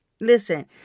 Listen